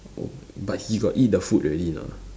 oh but he got eat the food already or not